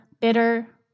bitter